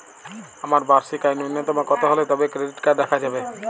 আমার বার্ষিক আয় ন্যুনতম কত হলে তবেই ক্রেডিট কার্ড রাখা যাবে?